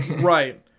Right